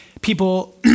people